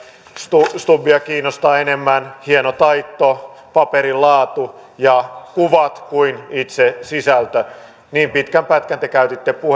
stubbia stubbia kiinnostaa enemmän hieno taitto paperin laatu ja kuvat kuin itse sisältö niin pitkän pätkän te käytitte